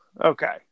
Okay